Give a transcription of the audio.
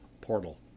portal